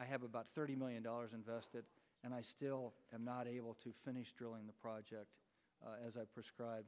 i have about thirty million dollars invested and i still am not able to finish drilling the project as i prescribe